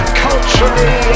culturally